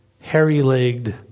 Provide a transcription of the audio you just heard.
hairy-legged